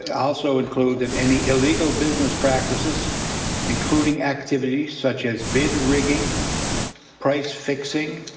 and also include that any illegal business practices including activities such as bid rigs, price fixing,